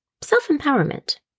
self-empowerment